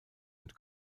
und